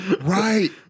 Right